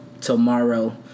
tomorrow